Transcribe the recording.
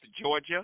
georgia